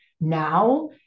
now